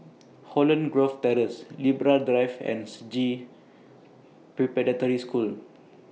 Holland Grove Terrace Libra Drive and Sji Preparatory School